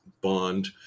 Bond